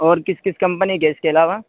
اور کس کس کمپنی کے ہیں اس کے علاوہ